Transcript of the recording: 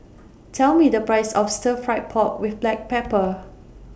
Tell Me The Price of Stir Fried Pork with Black Pepper